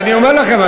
אני אומר לכם,